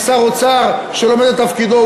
ושר אוצר שלומד את תפקידו,